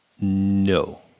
No